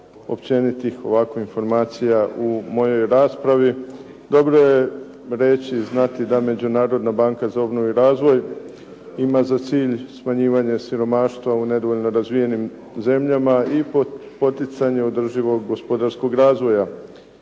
općenitih ovako informacija u mojoj raspravi. Dobro je reći i znati da Međunarodna banka za obnovu i razvoj ima za cilj smanjivanje siromaštva u nedovoljno razvijenim zemljama i poticanje održivog gospodarskog razvoja.